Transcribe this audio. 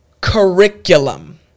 curriculum